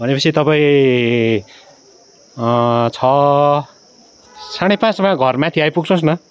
भनेपछि तपाईँ छ साँढे पाँचमा घरमाथि आइपुग्नोस् न